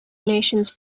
nations